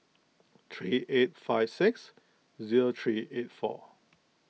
three eight five six zero three eight four